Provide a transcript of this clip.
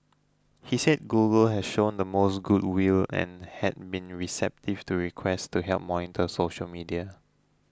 he said Google has shown the most good will and had been receptive to requests to help monitor social media